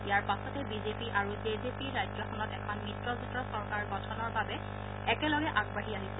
ইয়াৰ পাছতে বিজেপি আৰু J J P ৰাজ্যখনত এখন মিত্ৰজোঁটৰ চৰকাৰ গঠনৰ বাবে একেলগে আগবাঢ়ি আহিছিল